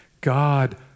God